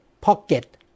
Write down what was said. pocket